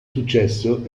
successo